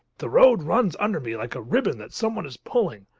the road runs under me, like a ribbon that someone is pulling.